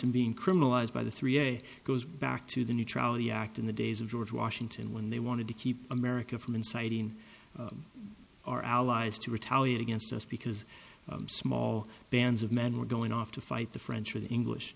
and being criminalized by the three day goes back to the neutrality act in the days of george washington when they wanted to keep america from inciting our allies to retaliate against us because small bands of men were going off to fight the french or the english